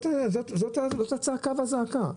זאת הצעקה והזעקה.